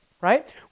right